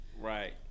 Right